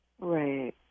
Right